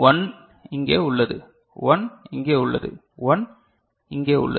1 இங்கே உள்ளது 1 இங்கே உள்ளது 1 இங்கே உள்ளது